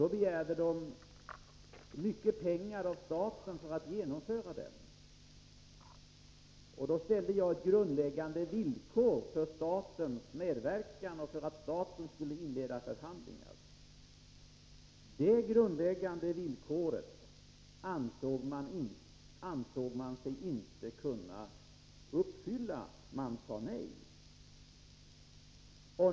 De begärde mycket pengar av staten för att genomföra den. Jag ställde då ett grundläggande villkor för statens medverkan och för att staten skulle inleda förhandlingar. Det grundläggande villkoret ansåg sig inte bolagen kunna uppfylla — de sade nej.